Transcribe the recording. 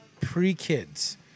pre-kids